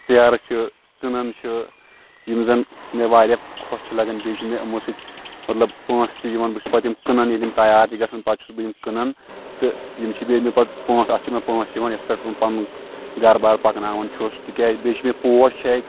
ژیرٕ چھِ ژٕنن چھِ یِم زن مےٚ واریاہ خۄش چھِ لگان بیٚیہِ چھُ مےٚ یِمو سۭتۍ مطلب پونٛسہٕ تہِ یِوان بہٕ چھُس پتہٕ یِم کٕنان ییٚلہِ یِم تیار چھِ گژھان پتہٕ چھُس بہٕ یِم کٕنان تہٕ یِم چھِ بیٚیہِ مےٚ پتہٕ پۄنٛسہٕ اتھ چھِ پۄنٛسہٕ یِوان یتھ پٮ۪ٹھ بہٕ پنُن گرٕ بار پکناوان چھُس تِکیٛاز بیٚیہِ چھِ مےٚ پوش چھِ اتہِ